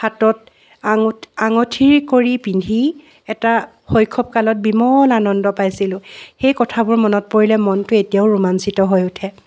হাতত আঙ আঙঠি কৰি পিন্ধি এটা শৈশৱকালত বিমল আনন্দ পাইছিলো সেই কথাবোৰ মনত পৰিলে মনটো এতিয়াও ৰোমাঞ্চিত হৈ উঠে